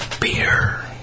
Beer